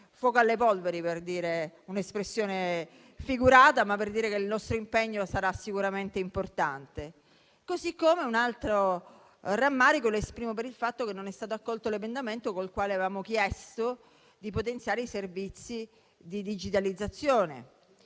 fuoco alle polveri - per usare un'espressione figurata - e il nostro impegno sarà sicuramente importante. Così come un altro rammarico lo esprimo per il fatto che non è stato accolto l'emendamento con il quale avevamo chiesto di potenziare i servizi di digitalizzazione